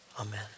Amen